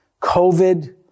COVID